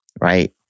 Right